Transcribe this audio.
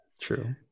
true